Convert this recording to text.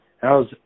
how's